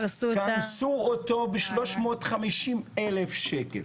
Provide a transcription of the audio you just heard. קנסו אותו ב- 350,000 שקלים.